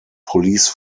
police